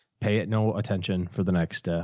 pay it. no attention for the next, ah, oh,